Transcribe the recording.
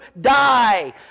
die